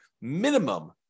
minimum